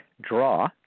draw